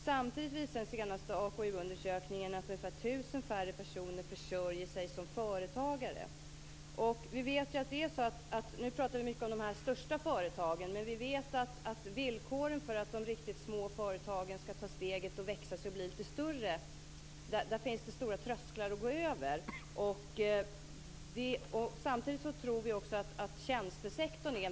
Samtidigt visar den senaste AKU Nu pratar vi mycket om de största företagen, men vi vet att det finns höga trösklar att ta sig över för de riktigt små företagen när de skall ta steget och växa och bli lite större. Samtidigt tror vi också att det finns stora möjligheter för det framtida företagandet inom tjänstesektorn.